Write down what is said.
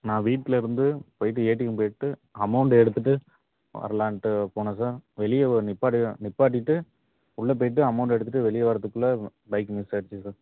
நான் வீட்டுலருந்து போயிட்டு ஏடிஎம் போயிட்டு அமௌண்ட் எடுத்துவிட்டு வரலான்ட்டு போனேன் சார் வெளியே நிற்பாட்டி நிற்பாட்டிட்டு உள்ளே போயிட்டு அமௌண்ட் எடுத்துவிட்டு வெளியே வரவதுக்குள்ள பைக் மிஸ் ஆகிடுச்சு சார்